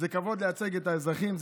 זה כבוד לייצג את האזרחים,